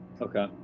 Okay